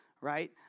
right